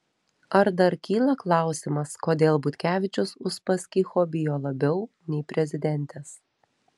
ar dar kyla klausimas kodėl butkevičius uspaskicho bijo labiau nei prezidentės